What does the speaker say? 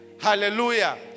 Hallelujah